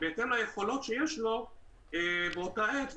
בהתאם ליכולות שיש לו באותה עת,